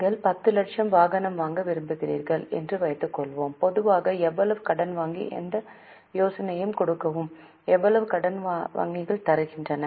நீங்கள் 10 லட்சம் வாகனம் வாங்க விரும்புகிறீர்கள் என்று வைத்துக்கொள்வோம் பொதுவாக எவ்வளவு கடன் வங்கி எந்த யோசனையையும் கொடுக்கும் எவ்வளவு கடன் வங்கிகள் தருகின்றன